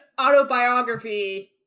autobiography